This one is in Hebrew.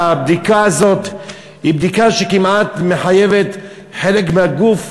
ואנחנו יודעים שהבדיקה הזאת היא בדיקה שכמעט מחייבת חלק מהגוף,